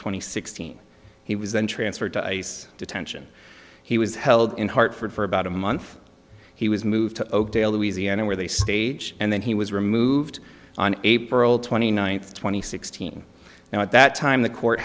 and sixteen he was then transferred to ice detention he was held in hartford for about a month he was moved to oakdale louisiana where they stage and then he was removed on april twenty ninth two thousand and sixteen now at that time the court